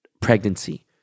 pregnancy